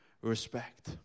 respect